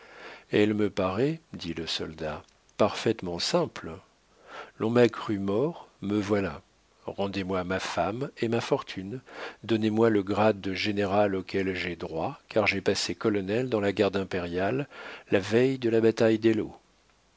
elle me paraît dit le soldat parfaitement simple l'on m'a cru mort me voilà rendez-moi ma femme et ma fortune donnez-moi le grade de général auquel j'ai droit car j'ai passé colonel dans la garde impériale la veille de la bataille d'eylau les